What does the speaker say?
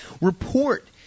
report